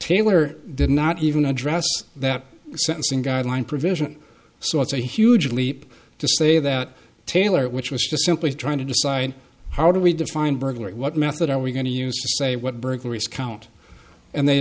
taylor did not even address that sentencing guideline provision so it's a huge leap to say that taylor which was just simply trying to decide how do we define burglary what method are we going to use say what burglaries count and they